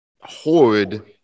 horrid